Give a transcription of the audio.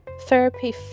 therapy